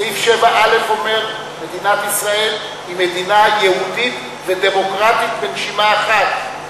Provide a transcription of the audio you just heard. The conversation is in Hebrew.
סעיף 7א אומר שמדינת ישראל היא מדינה יהודית ודמוקרטית בנשימה אחת,